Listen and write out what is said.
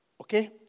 okay